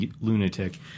lunatic